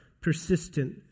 persistent